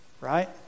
right